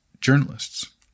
journalists